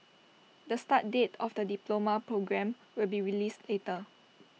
the start date of the diploma programme will be released later